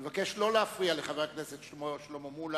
אני מבקש שלא להפריע לחבר הכנסת שלמה מולה,